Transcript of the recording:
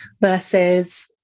versus